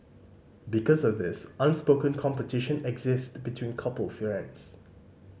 because of this unspoken competition exists between couple friends